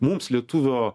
mums lietuvio